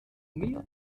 mehl